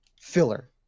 filler